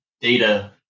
data